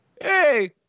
Hey